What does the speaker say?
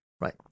Right